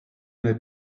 n’est